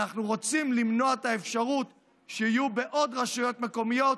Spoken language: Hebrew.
אנחנו רוצים למנוע את האפשרות שיהיו בעוד רשויות מקומיות